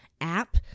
app